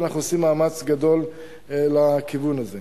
ואנחנו עושים מאמץ גדול לכיוון הזה.